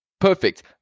Perfect